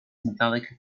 metallic